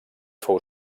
fou